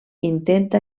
intenta